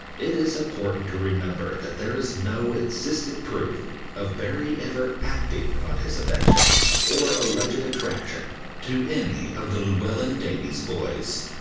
it is important to remember that there is no existing proof of barrie ever acting on his affection or alleged attraction to any of the llewelyn davies boys.